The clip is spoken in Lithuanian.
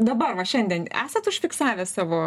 dabar va šiandien esat užfiksavęs savo